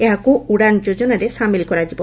ଏହାକୁ ଉଡ଼ାନ ଯୋଜନାରେ ସାମିଲ କରାଯିବ